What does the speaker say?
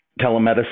telemedicine